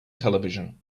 television